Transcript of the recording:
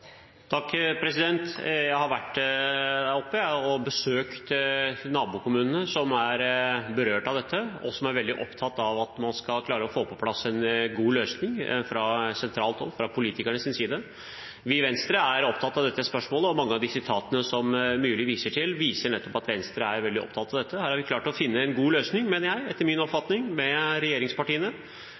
Jeg har vært der oppe og besøkt nabokommunene som er berørt av dette, og som er veldig opptatt av at man skal klare å få på plass en god løsning fra sentralt hold, fra politikernes side. Vi i Venstre er opptatt av dette spørsmålet, og mange av de sitatene som Myrli viser til, viser nettopp at Venstre er veldig opptatt av dette. Her har vi klart å finne en god løsning med regjeringspartiene, etter min oppfatning.